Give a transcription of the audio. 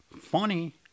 funny